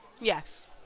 Yes